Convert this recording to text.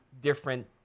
different